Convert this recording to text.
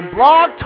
Blog